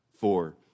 four